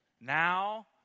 Now